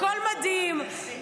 הכול מדהים,